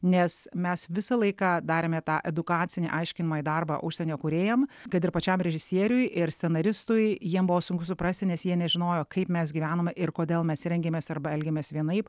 nes mes visą laiką darėme tą edukacinį aiškinamąjį darbą užsienio kūrėjam kad ir pačiam režisieriui ir scenaristui jiem buvo sunku suprasti nes jie nežinojo kaip mes gyvenome ir kodėl mes rengėmės arba elgėmės vienaip